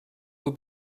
will